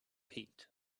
heat